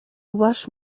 rush